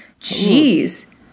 Jeez